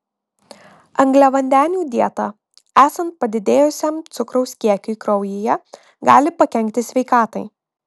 angliavandenių dieta esant padidėjusiam cukraus kiekiui kraujyje gali pakenkti sveikatai